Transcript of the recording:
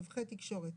מתווכי תקשורת,